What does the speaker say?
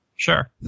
Sure